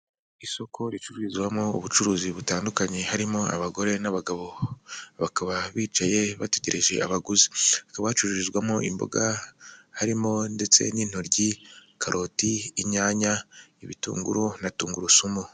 Isoko ricururizwamo ubucuruzi butandukanye, harimo abagore n'abagabo bakaba bicaye bategereje abaguzi, hakaba hacururizwamo imboga harimo ndetse n'intoryi, karoti, inyanya, ibitunguru na tungurusumu.